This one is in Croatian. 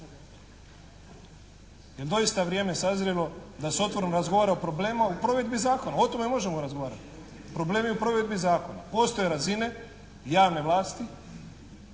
Jer doista vrijeme sazrelo da se otvoreno razgovara o problemu u provedbi zakona, o tome možemo razgovarati. Problem je u provedbi zakona. Postoje razine javne vlasti